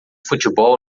futebol